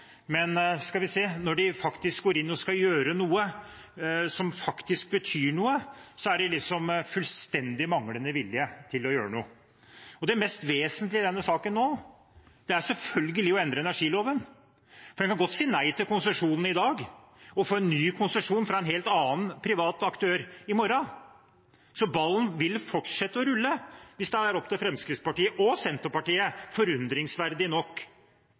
men når de går inn og skal gjøre noe som faktisk betyr noe, er det fullstendig manglende vilje til å gjøre noe. Det mest vesentlige i denne saken nå er selvfølgelig å endre energiloven, for en kan godt si nei til konsesjonen i dag og få en ny konsesjon fra en helt annen privat aktør i morgen. Så ballen vil fortsette å rulle hvis det er opp til Fremskrittspartiet – og Senterpartiet, forundringsverdig nok.